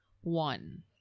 one